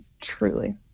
Truly